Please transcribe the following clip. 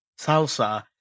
salsa